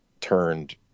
turned